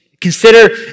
consider